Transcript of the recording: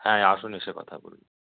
হ্যাঁ আসুন এসে কথা বলুন